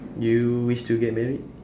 do you wish to get married